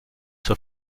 zur